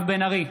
מירב בן ארי,